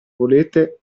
volete